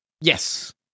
Yes